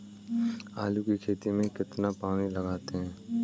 आलू की खेती में कितना पानी लगाते हैं?